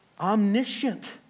Omniscient